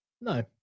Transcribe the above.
No